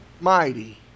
mighty